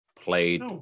played